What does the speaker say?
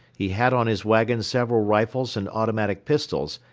he had on his wagon several rifles and automatic pistols,